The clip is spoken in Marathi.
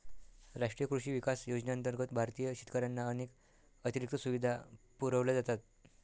राष्ट्रीय कृषी विकास योजनेअंतर्गत भारतीय शेतकऱ्यांना अनेक अतिरिक्त सुविधा पुरवल्या जातात